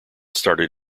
started